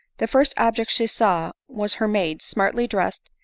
the first object she saw was her maid, smartly dressed,